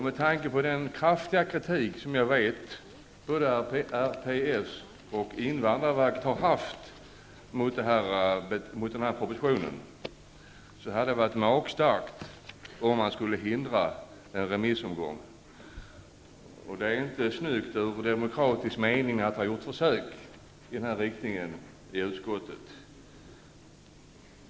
Med tanke på den kraftiga kritik som jag vet att både RPS och invandrarverket har framfört hade det varit magstarkt om man hade förhindrat en remissomgång, och det är inte snyggt ur demokratisk synvinkel att det har gjorts försök i den riktningen.